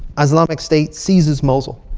islamic state, seizes mosul.